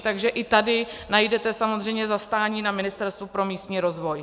Takže i tady najdete samozřejmě zastání na Ministerstvu pro místní rozvoj.